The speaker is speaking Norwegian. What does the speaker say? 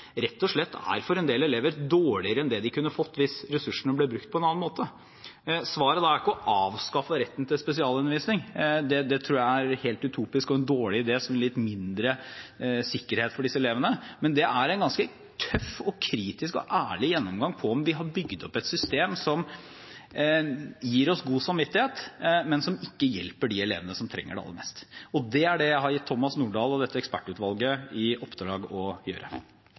for en del elever rett og slett er dårligere enn den de kunne fått hvis ressursene hadde blitt brukt på en annen måte. Svaret er ikke å avskaffe retten til spesialundervisning – det tror jeg er helt utopisk og en dårlig idé, som gir litt mindre sikkerhet for disse elevene – men å foreta en ganske tøff, kritisk og ærlig gjennomgang av om vi har bygd opp et system som gir oss god samvittighet, men som ikke hjelper de elevene som trenger det aller mest. Og det er det jeg har gitt Thomas Nordahl og dette ekspertutvalget i oppdrag å gjøre.